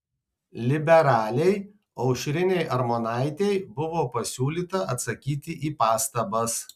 liberalei aušrinei armonaitei buvo pasiūlyta atsakyti į pastabas